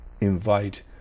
invite